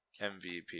MVP